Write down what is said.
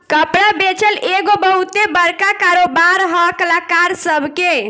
कपड़ा बेचल एगो बहुते बड़का कारोबार है कलाकार सभ के